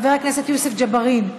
חבר הכנסת יוסף ג'בארין,